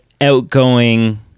outgoing